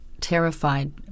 terrified